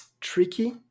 tricky